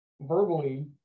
verbally